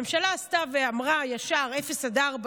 הממשלה אמרה ישר: 0 4,